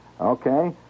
Okay